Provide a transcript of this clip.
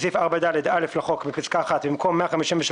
בסעיף 4ד(א) לחוק, (א)בפסקה (1), במקום "153.7%"